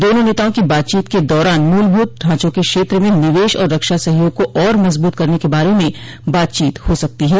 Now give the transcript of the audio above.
दोनों नेताओं की बातचीत के दौरान मूलभूत ढांचों के क्षेत्र में निवेश और रक्षा सहयोग को और मजबूत करने के बारे में बातचीत हो सकती है